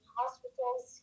hospitals